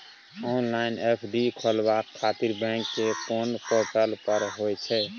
Online FD खोलाबय खातिर bank के कोन पोर्टल पर होए छै?